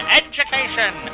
education